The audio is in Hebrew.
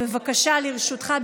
בבקשה, לרשותך.